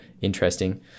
Interesting